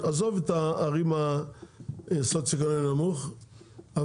עזוב את הערים הסוציואקונומי נמוך,